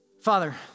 Father